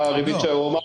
לא,